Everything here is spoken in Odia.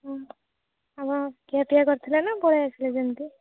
ହଁ ଆପଣ ଖିଆ ପିଆ କରିଥିଲେ ନା ପଳେଇ ଆସିଥିଲେ ସେମିତି